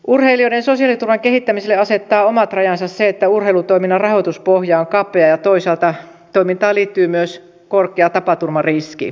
urheilijoiden sosiaaliturvan kehittämiselle asettaa omat rajansa se että urheilutoiminnan rahoituspohja on kapea ja toisaalta toimintaan liittyy myös korkea tapaturmariski